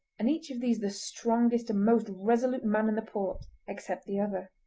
and each of these the strongest and most resolute man in the port except the other.